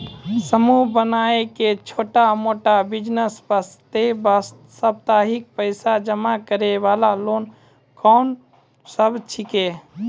समूह बनाय के छोटा मोटा बिज़नेस वास्ते साप्ताहिक पैसा जमा करे वाला लोन कोंन सब छीके?